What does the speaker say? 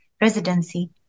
residency